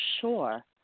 sure